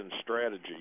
strategy